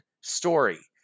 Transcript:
story